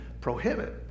prohibit